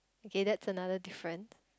okay that's another different